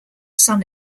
son